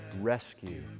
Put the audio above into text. rescue